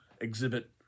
Exhibit